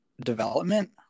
development